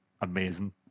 amazing